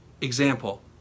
example